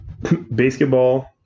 Basketball